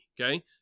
Okay